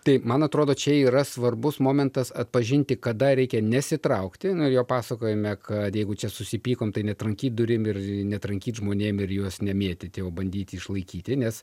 tai man atrodo čia yra svarbus momentas atpažinti kada reikia nesitraukti nu jo pasakojome kad jeigu čia susipykom tai netrankyt durim ir netrankyt žmonėm ir juos nemėtyti o bandyti išlaikyti nes